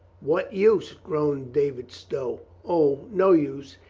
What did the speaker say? what use? groaned david stow. o, no use,